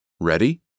Ready